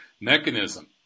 mechanism